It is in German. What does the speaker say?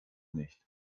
nicht